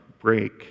break